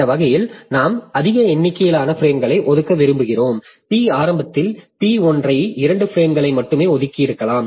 அந்த வகையில் நாம் அதிக எண்ணிக்கையிலான பிரேம்களை ஒதுக்க விரும்புகிறோம் p ஆரம்பத்தில் P1 ஐ 2 பிரேம்களை மட்டுமே ஒதுக்கியிருக்கலாம்